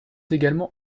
également